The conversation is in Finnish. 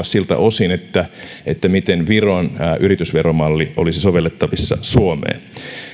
siltä osin miten viron yritysveromalli olisi sovellettavissa suomeen